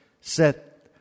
set